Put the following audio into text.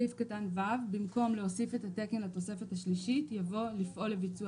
במקום "להוסיף תקן" יבוא "לפעול לביצוע